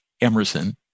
Emerson